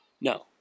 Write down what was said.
No